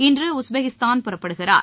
இன்று உஸ்பெகிஸ்தான் புறப்படுகிறார்